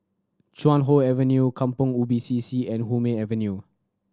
Chuan Hoe Avenue Kampong Ubi C C and Hume Avenue